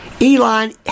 Elon